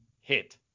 hit